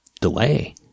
Delay